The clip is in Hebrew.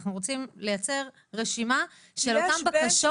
אנחנו רוצים לייצר רשימה של אותן בקשות.